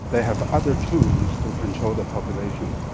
they have other tools to control the population.